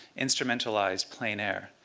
instrumentalized plein air.